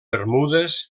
bermudes